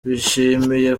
bishimiye